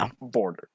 border